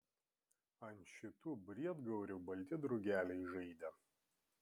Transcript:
ant šitų briedgaurių balti drugeliai žaidė